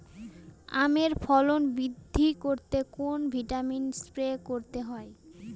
আমের ফলন বৃদ্ধি করতে কোন ভিটামিন স্প্রে করতে হয়?